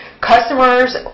customers